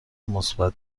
مثبت